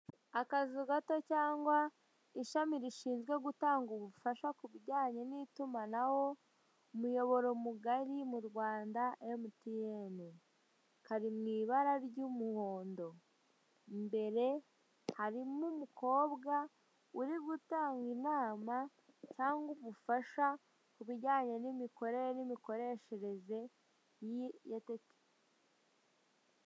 Akazu gato cyangwa ishami rishinzwe gutanga ubufasha ku bijyanye n'itumanaho, umuyoboro mugari mu Rwanda, emutiyeni. Kari mu ibara ry'umuhondo. Imbere harimo umukobwa uri gutanga inama cyangwa ubufasha ku bijyanye n'imikorere n'imikoreshereze ya teki